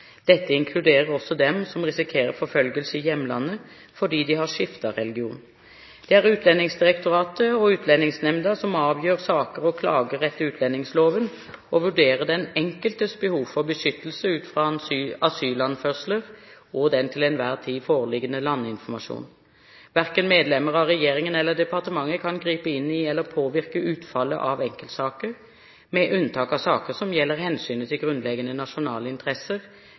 Dette inkluderer også dem som risikerer forfølgelse i hjemlandet fordi de har skiftet religion. Det er Utlendingsdirektoratet og Utlendingsnemnda som avgjør saker og klager etter utlendingsloven, og vurderer den enkeltes behov for beskyttelse ut fra asylanførsler og den til enhver tid foreliggende landinformasjon. Verken medlemmer av regjeringen eller departementet kan gripe inn i eller påvirke utfallet av enkeltsaker, med unntak av saker som gjelder hensynet til grunnleggende nasjonale interesser